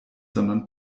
sondern